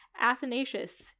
Athanasius